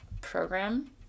program